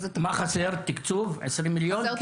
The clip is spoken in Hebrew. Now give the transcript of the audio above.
מה חסר, תקצוב, 20 מיליון?